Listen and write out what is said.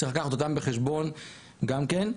צריך לקחת אותם בחשבון גם כן.